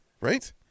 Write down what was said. Right